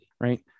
right